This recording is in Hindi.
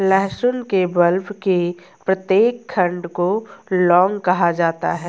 लहसुन के बल्ब के प्रत्येक खंड को लौंग कहा जाता है